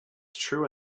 true